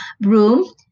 room